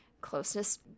closeness